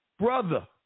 brother